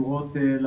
ומשקיע במגזר